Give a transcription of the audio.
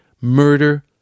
murder